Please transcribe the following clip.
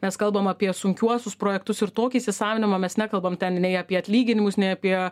mes kalbam apie sunkiuosius projektus ir tokį įsisavinimą mes nekalbam ten nei apie atlyginimus nei apie